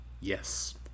Yes